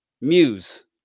muse